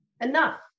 Enough